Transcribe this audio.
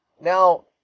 Now